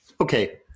okay